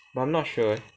but I'm not sure eh